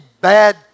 bad